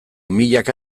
milaka